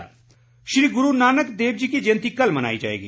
बधाई श्री गुरू नानक देव जी की जयंती कल मनाई जाएगी